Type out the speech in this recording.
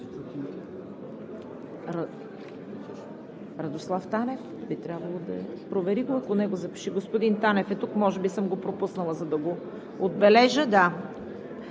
Радославов Танев